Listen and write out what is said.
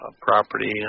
property